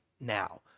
now